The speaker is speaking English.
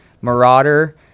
Marauder